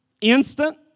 instant